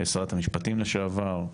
שרת המשפטים לשעבר.